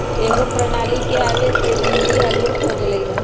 एकेगो प्रणाली के आबे से जीनगी हल्लुक हो गेल हइ